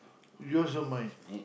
you also mine